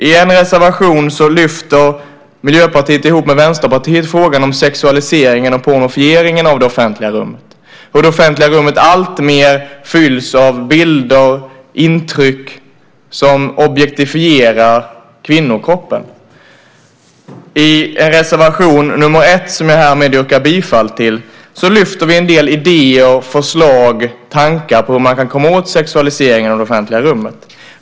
I en reservation lyfter Miljöpartiet tillsammans med Vänsterpartiet frågan om sexualiseringen och pornofieringen av det offentliga rummet, hur det offentliga rummet alltmer fylls av bilder och intryck som objektifierar kvinnokroppen. I reservation nr 1, som jag härmed yrkar bifall till, lyfter vi fram en del idéer, förslag och tankar på hur man kan komma åt sexualiseringen av offentliga rum.